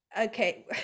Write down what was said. okay